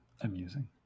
amusing